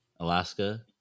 Alaska